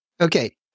okay